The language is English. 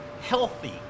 healthy